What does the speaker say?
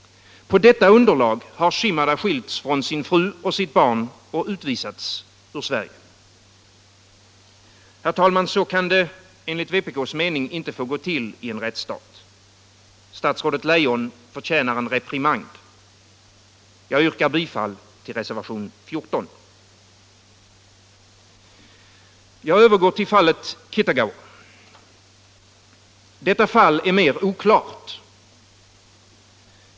På detta underlag har Shimada skilts från sin fru och sitt barn och utvisats ur Sverige. Herr talman! Så kan det enligt vpk:s mening inte få gå till i en rättsstat. Statsrådet Leijon förtjänar en reprimand. Jag yrkar bifall till reservationen 14. Jag övergår till fallet Kitagawa. Detta fall är mer oklart.